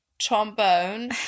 trombone